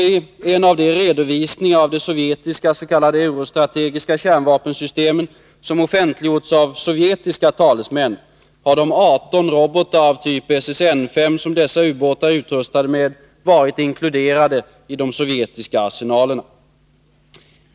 I en av de redovisningar av de sovjetiska s.k. eurostrategiska kärnvapenssystemen som offentliggjorts av sovjetiska talesmän har de 18 robotar av typ SSN 5 som dessa ubåtar är utrustade med varit inkluderade i de sovjetiska arsenalerna.